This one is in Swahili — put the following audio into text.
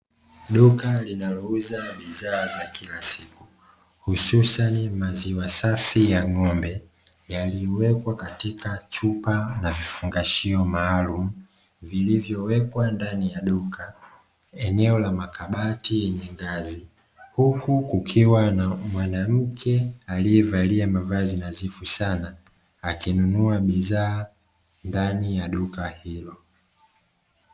Duka linalouza bidhaa za kila siku, hususani maziwa safi ya ng'ombe, yaliyowekwa katika chupa na vifungashio maalumu, vilivyowekwa ndani ya duka, kwenye eneo la makabati yenye ngazi. Huku kukiwa na mwanamke aliyevalia mavazi nadhifu sana, akinunua bidhaa ndani ya duka hilo.